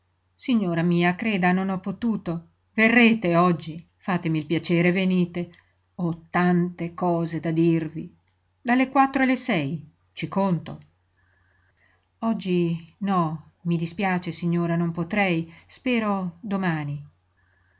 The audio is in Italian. signora mia creda non ho potuto verrete oggi fatemi il piacere venite ho tante cose da dirvi dalle quattro alle sei ci conto oggi no mi dispiace signora non potrei spero domani